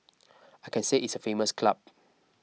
I can say it's a famous club